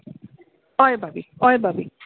हय भाभी हय भाभी